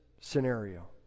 scenario